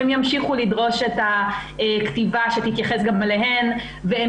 והן ימשיכו לדרוש את הכתיבה שתתייחס גם אליהן והן